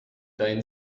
deinen